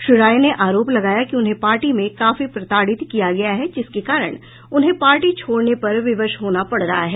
श्री राय ने आरोप लगाया कि उन्हें पार्टी में काफी प्रताड़ित किया गया है जिसके कारण उन्हें पार्टी छोड़ने पर विवश होना पड़ रहा है